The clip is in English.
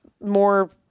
more